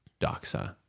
doxa